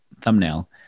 thumbnail